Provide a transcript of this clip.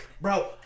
Bro